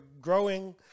growing